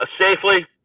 safely